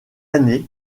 année